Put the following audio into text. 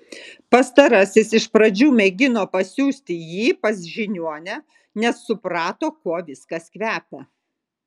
pastarasis iš pradžių mėgino pasiųsti jį pas žiniuonę nes suprato kuo viskas kvepia